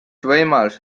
võimalus